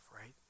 right